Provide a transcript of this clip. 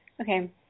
Okay